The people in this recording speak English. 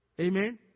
Amen